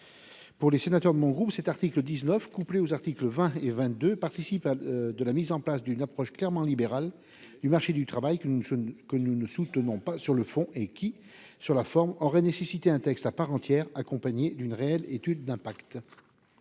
Pour les sénateurs de mon groupe, cet article 19, couplé aux articles 20 et 22, participe de la mise en place d'une approche clairement libérale du marché du travail, approche que nous ne soutenons pas sur le fond et qui, sur la forme, aurait nécessité un texte spécifique accompagné d'une réelle étude d'impact.